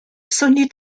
sonny